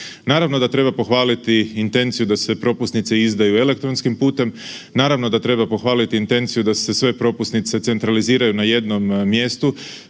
Naravno da treba pohvaliti intenciju da se propusnice izdaju elektronskim putem, naravno da treba pohvaliti intenciju da se sve propusnice centraliziraju na jednom mjestu,